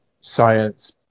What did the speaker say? science